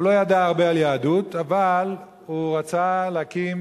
הוא לא ידע הרבה על יהדות אבל הוא רצה להקים